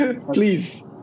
Please